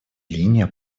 линия